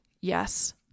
Yes